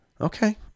Okay